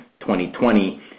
2020